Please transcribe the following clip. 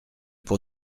pour